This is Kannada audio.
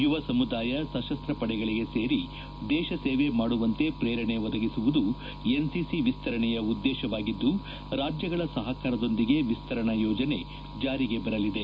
ಯುವ ಸಮುದಾಯ ಸಶಸ್ತ್ರ ಪಡೆಗಳಿಗೆ ಸೇರಿ ದೇಶ ಸೇವೆ ಮಾಡುವಂತೆ ಪ್ರೇರಣೆ ಒದಗಿಸುವುದು ಎನ್ಸಿಸಿ ವಿಸ್ತರಣೆಯ ಉದ್ದೇಶವಾಗಿದ್ದು ರಾಜ್ಯಗಳ ಸಹಕಾರದೊಂದಿಗೆ ವಿಸ್ತರಣಾ ಯೋಜನೆ ಜಾರಿಗೆ ಬರಲಿದೆ